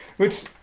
which,